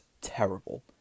terrible